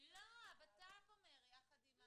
--- בואו נחשוב יחד,